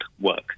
work